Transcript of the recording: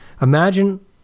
Imagine